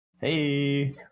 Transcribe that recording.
Hey